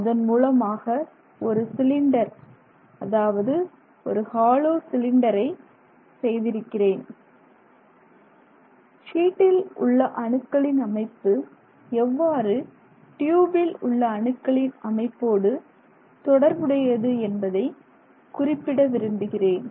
அதன் மூலமாக ஒரு சிலிண்டர் அதாவது ஒரு ஹாலோ சிலிண்டரை செய்திருக்கிறேன் ஷீட்டில் உள்ள அணுக்களின் அமைப்பு எவ்வாறு டியூபில் உள்ள அணுக்களின் அமைப்போடு தொடர்புடையது என்பதை குறிப்பிட விரும்புகிறேன்